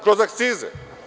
Kroz akcize.